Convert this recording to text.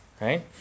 right